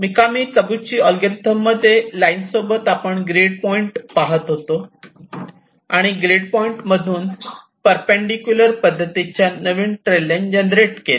Mikami Tabuchi algorithm मध्ये line सोबत आपण ग्रीड पॉईंट पाहत होतो आणि ग्रेड पॉइंट मधून परपेंडिकुलर पद्धतीच्या नवीन ट्रेल लाईन जनरेट केल्या